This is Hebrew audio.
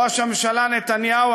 ראש הממשלה נתניהו,